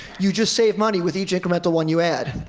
you just save money with each incremental one you add.